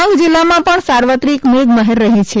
ડાંગ જિલ્લામાં પણ સાર્વત્રિક મેઘમહેર રહી છે